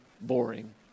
boring